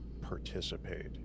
participate